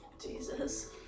Jesus